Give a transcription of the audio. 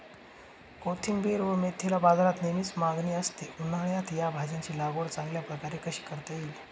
कोथिंबिर व मेथीला बाजारात नेहमी मागणी असते, उन्हाळ्यात या भाज्यांची लागवड चांगल्या प्रकारे कशी करता येईल?